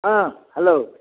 ହଁ ହ୍ୟାଲୋ